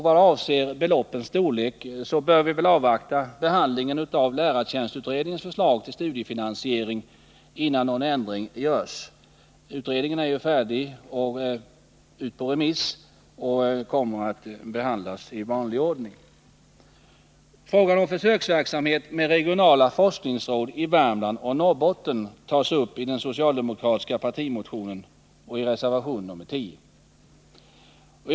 Vad avser beloppens storlek bör vi avvakta behandlingen av lärartjänstutredningens förslag till studiefinansiering innan någon ändring görs. Utredningen är ju färdig och ute på remiss samt kommer att behandlas i vanlig ordning. Frågan om försöksverksamhet med regionala forskningsråd i Värmland och Norrbotten tas upp i den socialdemokratiska partimotionen och i reservation nr 10.